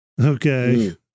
Okay